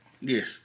Yes